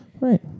Right